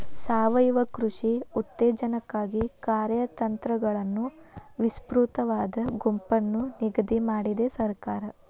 ಸಾವಯವ ಕೃಷಿ ಉತ್ತೇಜನಕ್ಕಾಗಿ ಕಾರ್ಯತಂತ್ರಗಳನ್ನು ವಿಸ್ತೃತವಾದ ಗುಂಪನ್ನು ನಿಗದಿ ಮಾಡಿದೆ ಸರ್ಕಾರ